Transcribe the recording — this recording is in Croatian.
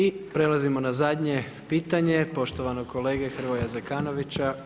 I prelazimo na zadnje pitanje poštovanog kolege Hrvoja Zekanovića.